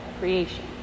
creation